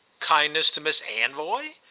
kindness to miss anvoy?